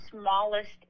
smallest